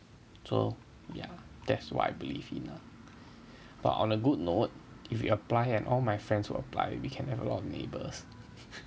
so ya that's what I believe in ah but on a good note if you apply and all my friends will apply we can have a lot of neighbours